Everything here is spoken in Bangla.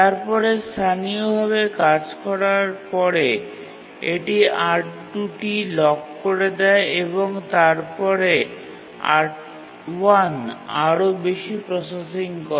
তারপরে স্থানীয়ভাবে কাজ করার পরে এটি R1 টি লক করে দেয় এবং তারপরে R1 আরও বেশি প্রসেসিং করে